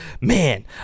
man